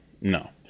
No